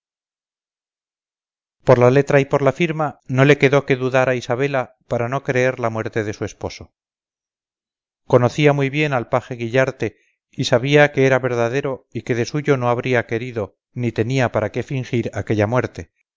por la letra y por la firma no le quedó que dudar a isabela para no creer la muerte de su esposo conocía muy bien al paje guillarte y sabía que era verdadero y que de suyo no habría querido ni tenía para qué fingir aquella muerte